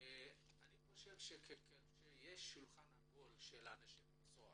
של אנשי המקצוע,